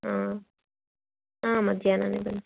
ಹಾಂ ಹಾಂ ಮಧ್ಯಾಹ್ನನೇ ಬನ್ನಿ